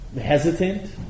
hesitant